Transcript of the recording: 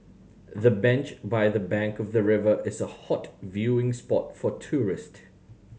the bench by the bank of the river is a hot viewing spot for tourist